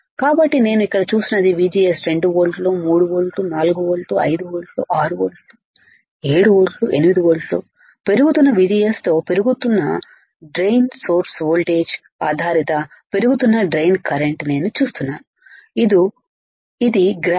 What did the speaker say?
కాబట్టి నేను ఇక్కడ చూస్తున్నది VGS 2 వోల్ట్ల 3 వోల్ట్లు 4 వోల్ట్లు 5 వోల్ట్లు6 వోల్ట్లు 7 వోల్ట్ 8 వోల్ట్ పెరుగుతున్న VGS తో పెరుగుతున్న పెరుగుతున్న డ్రెయిన్ సోర్స్ వోల్టేజ్ ఆధారిత పెరుగుతున్న డ్రెయన్ కరెంటు నేను చూస్తున్నాను ఇది గ్రాఫ్